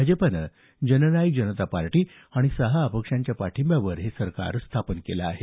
भाजपनं जननायक जनता पार्टी आणि सहा अपक्षांच्या पाठिंब्यावर सरकार स्थापन केलं आहे